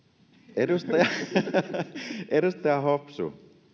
edustaja hopsu